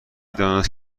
دانست